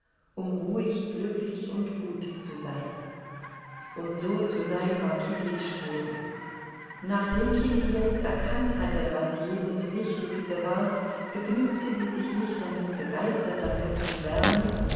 um ruhig glücklich und gut zu sein und so zu sein war kittys streben nachdem kitty jetzt erkannt hatte was jenes wichtigste war begnügte sie sich nicht damit begeistert dafür zu schwärmen